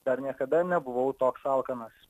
dar niekada nebuvau toks alkanas